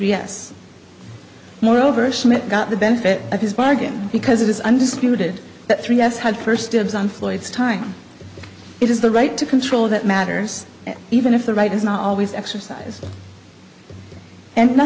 yes moreover schmidt got the benefit of his bargain because it is undisputed that three us had first dibs on floyd's time it is the right to control that matters even if the right is not always exercise and